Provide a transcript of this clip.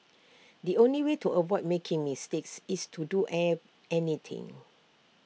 the only way to avoid making mistakes is to do air anything